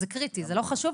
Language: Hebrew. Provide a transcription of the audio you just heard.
זה לא חשוב,